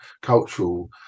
cultural